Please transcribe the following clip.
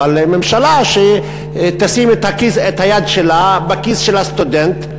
אבל ממשלה שתשים את היד שלה בכיס של הסטודנט,